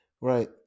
Right